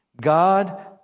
God